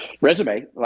resume